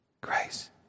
Grace